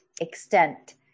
extent